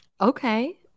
okay